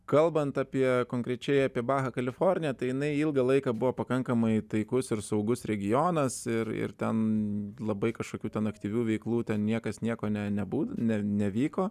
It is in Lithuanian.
kalbant apie konkrečiai apie bahą kaliforniją tai jinai ilgą laiką buvo pakankamai taikus ir saugus regionas ir ir ten labai kažkokių ten aktyvių veiklų ten niekas nieko nebūta nevyko